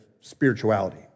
spirituality